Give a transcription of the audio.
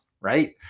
right